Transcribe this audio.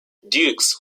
dukes